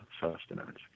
sustenance